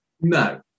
No